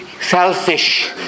selfish